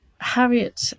Harriet